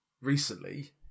recently